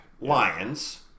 Lions